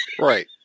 right